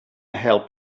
help